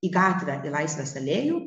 į gatvę į laisvės alėjų